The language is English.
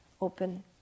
open